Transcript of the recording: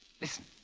Listen